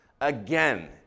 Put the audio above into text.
Again